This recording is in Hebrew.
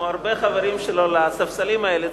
כמו הרבה חברים שלו לספסלים האלה,